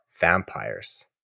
vampires